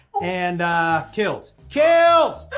and kills, kills!